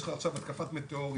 יש לך עכשיו התקפת מטאוריטים,